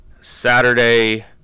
Saturday